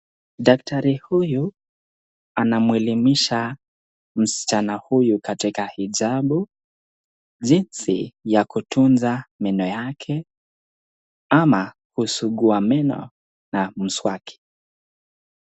Daktari huyu anamuelimisha msichana huyu, katika hijabu, jinsi ya kutunza meno yake, ama kusugua meno na mswaki.